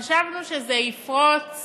חשבנו שזה יפרוץ